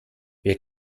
wer